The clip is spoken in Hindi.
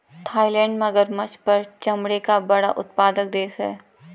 थाईलैंड मगरमच्छ पर चमड़े का बड़ा उत्पादक देश है